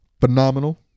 phenomenal